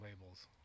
labels